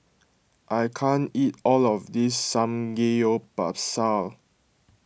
I can't eat all of this Samgeyopsal